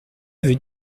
veut